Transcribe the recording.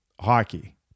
hockey